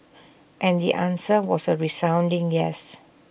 and the answer was A resounding yes